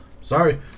Sorry